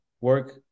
work